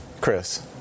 Chris